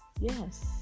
Yes